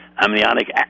amniotic